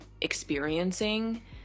experiencing